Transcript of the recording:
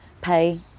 pay